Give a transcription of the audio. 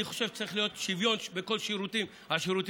אני חושב שצריך להיות שוויון בכל השירותים הממשלתיים,